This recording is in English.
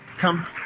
Come